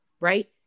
right